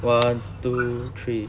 one two three